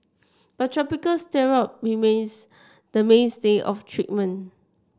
but topical steroid remains the mainstay of treatment